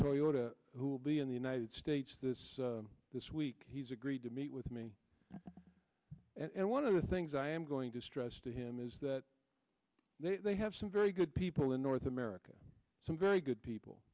toyoda who will be in the united states this this week he's agreed to meet with me and one of the things i am going to stress to him is that they have some very good people in north america some very good people